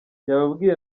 yababwiye